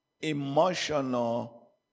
Emotional